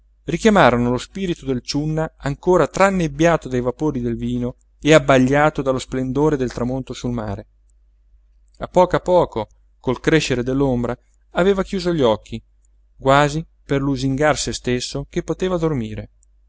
guardati richiamarono lo spirito del ciunna ancora tra annebbiato dai vapori del vino e abbagliato dallo splendore del tramonto sul mare a poco a poco col crescere dell'ombra aveva chiuso gli occhi quasi per lusingar se stesso che poteva dormire